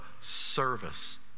service